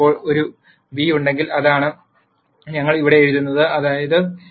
ഇപ്പോൾ ഒരു β ഉണ്ടെങ്കിൽ അതാണ് ഞങ്ങൾ ഇവിടെ എഴുതിയത് അതായത് ഒരു തവണ β 0